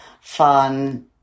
fun